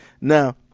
Now